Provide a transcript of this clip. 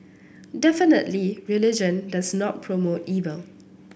definitely religion does not promote evil